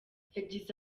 yagize